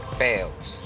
fails